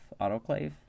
Autoclave